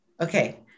Okay